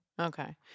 Okay